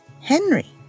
Henry